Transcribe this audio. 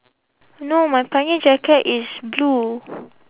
no my pioneer jacket is blue